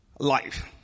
life